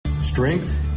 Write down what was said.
Strength